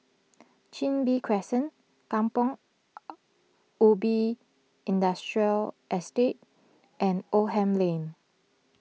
Chin Bee Crescent Kampong Ubi Industrial Estate and Oldham Lane